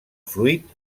fruit